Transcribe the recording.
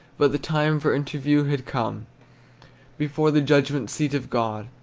but the time for interview had come before the judgment-seat of god,